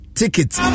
tickets